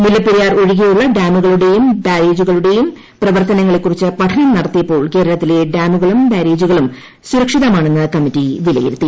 മുല്ലപ്പെരിയാർ ഒഴികെയുള്ള ഡാമുകളുടെയും ബാരേജുകളുടെയും പ്രവർത്തനങ്ങളെ കുറിച്ച് പഠനം നടത്തിയപ്പോൾ കേരളത്തിലെ ഡാമുകളും ബാരേജുകളും സുരക്ഷിതമാണെന്ന് കമ്മിറ്റി വിലയിരുത്തി